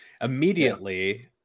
Immediately